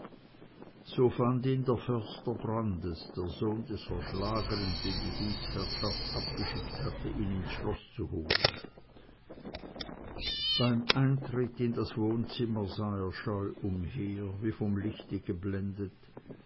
so fand ihn der förster brandis der sohn des erschlagenen den die gutsherrschaft abgeschickt hatte ihn ins schloß zu holen beim eintritt in das wohnzimmer sah er scheu umher wie vom licht geblendet